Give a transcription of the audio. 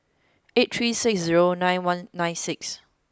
eight three six zero nine one nine six